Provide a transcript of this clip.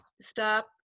stop